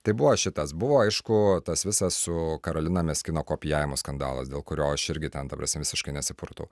tai buvo šitas buvo aišku tas visas su karolina meschino kopijavimo skandalas dėl kurio aš irgi ten ta prasme visiškai nesipurtau